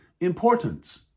importance